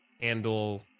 handle